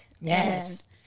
Yes